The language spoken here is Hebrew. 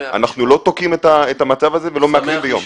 אנחנו לא תוקעים את המצב הזה ולא מעכבים ביום.